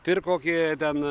per kokį ten